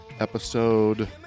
episode